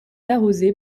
arrosée